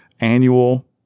annual